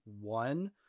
one